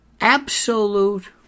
absolute